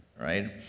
right